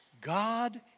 God